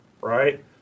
Right